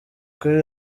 kuri